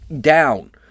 down